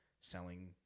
selling